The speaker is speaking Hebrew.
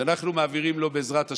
שאנחנו מעבירים לו, בעזרת השם,